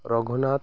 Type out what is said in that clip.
Raghunath